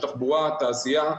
יש תחבורה, תעשייה.